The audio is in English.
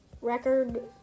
Record